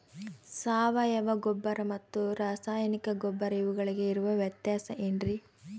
ಸಾವಯವ ಗೊಬ್ಬರ ಮತ್ತು ರಾಸಾಯನಿಕ ಗೊಬ್ಬರ ಇವುಗಳಿಗೆ ಇರುವ ವ್ಯತ್ಯಾಸ ಏನ್ರಿ?